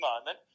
moment